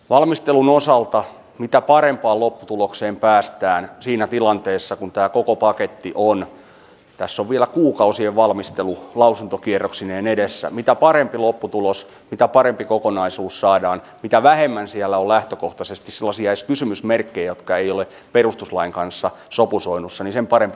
valmistelun osalta mitä parempaan lopputulokseen ja kokonaisuuteen päästään siinä tilanteessa kun tämä koko paketti on tässä on vielä kuukausien valmistelu lausuntokierroksineen edessä mitä vähemmän siellä on lähtökohtaisesti sellaisia kysymysmerkkejä jotka eivät ole perustuslain kanssa sopusoinnussa niin sen parempi lopputulos tulee